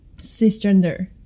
cisgender